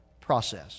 process